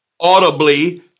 audibly